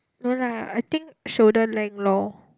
no lah I think shoulder length lor